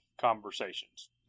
conversations